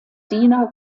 diener